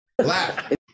Laugh